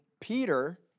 Peter